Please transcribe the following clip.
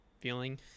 feeling